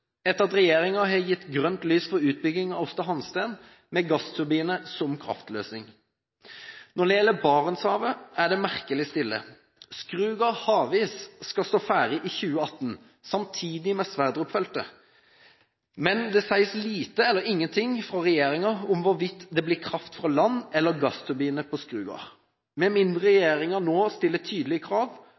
etter at regjeringen har gitt grønt lys for utbygging av Aasta Hansteen med gassturbiner som kraftløsning. Når det gjelder Barentshavet, er det merkelig stille. Skrugard/Havis skal stå ferdig i 2018, samtidig med Sverdrup-feltet, men det sies lite eller ingenting fra regjeringen om hvorvidt det blir kraft fra land eller gassturbiner på Skrugard. Med mindre regjeringen nå stiller tydelige krav